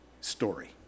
story